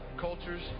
cultures